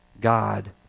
God